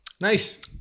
Nice